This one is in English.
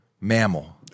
mammal